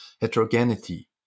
heterogeneity